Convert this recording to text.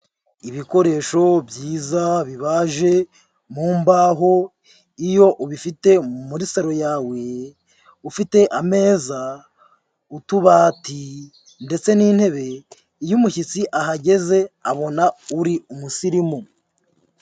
Ibikoresho byiza bibaje mu mbaho, iyo ubifite muri saro yawe, ufite ameza, utubati ndetse n'intebe, iyo umushyitsi ahageze abona uri umusirimu.